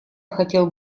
хотел